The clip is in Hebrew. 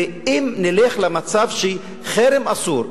ואם נלך למצב שחרם אסור,